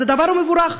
אז הדבר הוא מבורך,